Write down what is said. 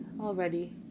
already